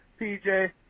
PJ